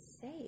safe